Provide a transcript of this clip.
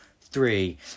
three